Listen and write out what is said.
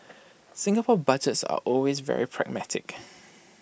Singapore Budgets are always very pragmatic